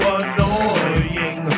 annoying